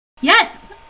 Yes